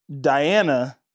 Diana